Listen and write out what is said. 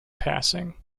passing